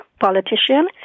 politician